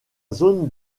zone